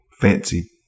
fancy